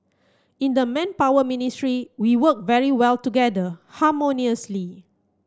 in the Manpower Ministry we work very well together harmoniously